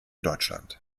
deutschland